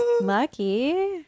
Lucky